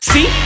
See